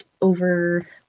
over